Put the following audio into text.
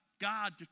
God